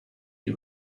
you